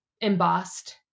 embossed